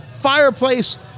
fireplace